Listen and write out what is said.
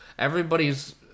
everybody's